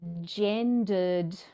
gendered